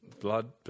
blood